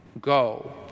Go